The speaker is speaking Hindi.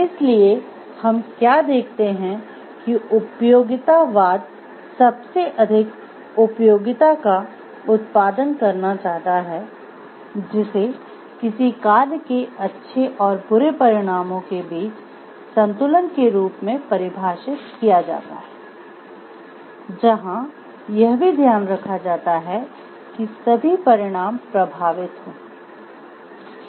इसलिए हम क्या देखते है कि उपयोगितावाद सबसे अधिक उपयोगिता का उत्पादन करना चाहता है जिसे किसी कार्य के अच्छे और बुरे परिणामों के बीच संतुलन के रूप में परिभाषित किया जाता है जहाँ यह भी ध्यान रखा जाता है कि सभी परिणाम प्रभावित हों